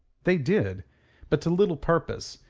they did but to little purpose,